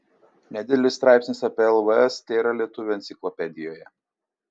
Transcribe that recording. nedidelis straipsnis apie lvs tėra lietuvių enciklopedijoje